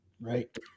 Right